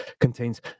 contains